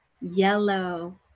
yellow